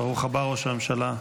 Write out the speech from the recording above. ברוך הבא, ראש הממשלה,